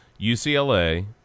UCLA